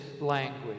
language